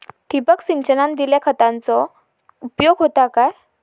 ठिबक सिंचनान दिल्या खतांचो उपयोग होता काय?